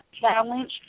challenge